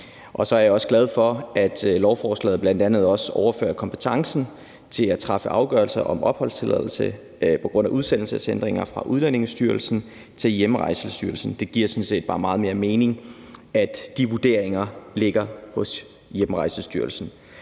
Jeg er også glad for, at lovforslaget bl.a. overfører kompetencen til at træffe afgørelser om opholdstilladelse på grund af udsendelsesændringer fra Udlændingestyrelsen til Hjemrejsestyrelsen. Det giver sådan set bare meget mere mening, at de vurderinger ligger hos Hjemrejsestyrelsen.